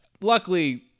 Luckily